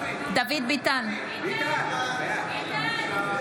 בעד בועז ביסמוט, בעד ולדימיר בליאק, אינו